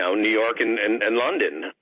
so new york and and and london.